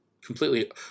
completely